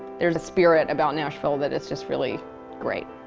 there's a spirit about nashville that it's just really great.